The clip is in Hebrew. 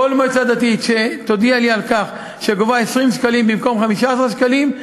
כל מועצה דתית שתודיע לי שהיא גובה 20 שקלים במקום 15 שקלים,